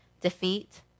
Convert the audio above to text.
defeat